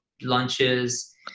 lunches